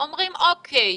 אומרים "אוקיי,